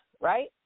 right